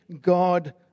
God